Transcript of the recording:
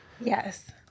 Yes